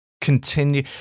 continue